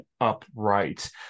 upright